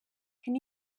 can